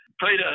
Peter